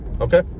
Okay